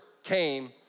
came